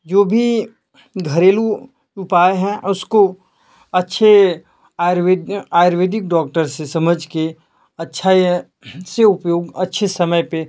जो भी घरेलू उपाय हैं उसको अच्छे आयुर्वेदि आयुर्वेदिक डॉक्टर से समझकर अच्छा यह ऐसे उपयोग अच्छे समय पर